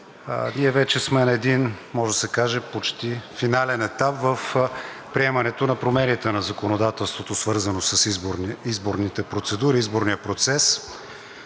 Ние вече сме на един, може да се каже, почти финален етап в приемането на промените на законодателството, свързано с изборните процедури, изборния процес.